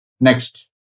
Next